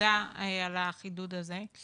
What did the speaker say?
תודה על החידוד הזה.